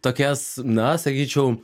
tokias na sakyčiau